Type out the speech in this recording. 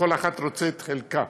וכל אחת רוצה את חלקה,